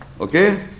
Okay